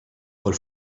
col